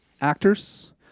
actors